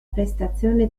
prestazione